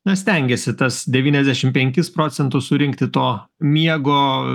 na stengiesi tas devyniasdešim penkis procentus surinkti to miego